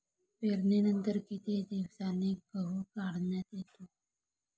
पेरणीनंतर किती दिवसांनी गहू काढण्यात येतो?